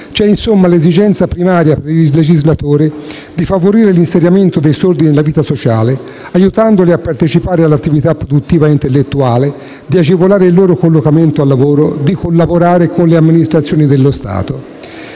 è, insomma l'esigenza primaria per il legislatore di favorire l'inserimento dei sordi nella vita sociale, aiutandoli a partecipare all'attività produttiva e intellettuale, di agevolare il loro collocamento al lavoro, di collaborare con le amministrazioni dello Stato.